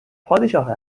پادشاه